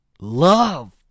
Love